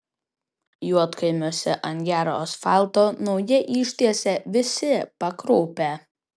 juodkaimiuose ant gero asfalto naują ištiesė visi pakraupę